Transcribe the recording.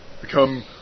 become